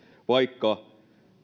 vaikka